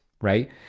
right